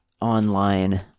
online